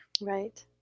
Right